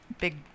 big